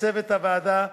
לצוות הוועדה,